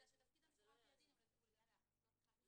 ולאן אנחנו רוצים